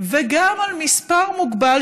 וגם על מספר מוגבל,